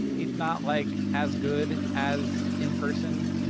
if not like as good as in person,